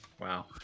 Wow